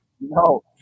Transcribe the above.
No